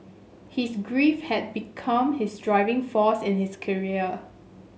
his grief had become his driving force in his career